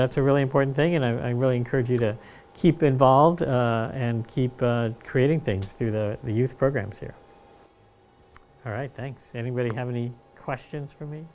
that's a really important thing and i really encourage you to keep involved and keep creating things through the youth programs here all right thanks anybody have any questions for me